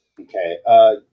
Okay